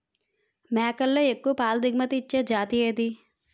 మేకలలో ఎక్కువ పాల దిగుమతి ఇచ్చే జతి ఏది?